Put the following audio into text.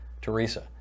Teresa